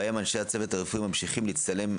בהם אנשי הצוות הרפואי ממשיכים להצטלם,